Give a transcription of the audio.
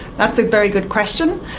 that is a very good question.